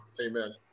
amen